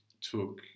took